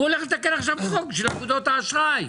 והוא הולך לתקן עכשיו חוק של אגודות האשראי.